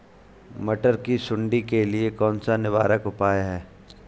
मटर की सुंडी के लिए कौन सा निवारक उपाय है?